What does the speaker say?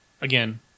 again